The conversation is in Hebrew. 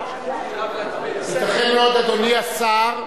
מאוד, אדוני השר,